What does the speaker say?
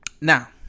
Now